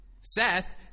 Seth